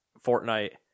Fortnite